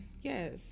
yes